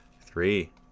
Three